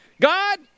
God